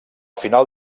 final